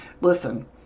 Listen